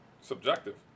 subjective